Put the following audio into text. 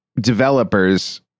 developers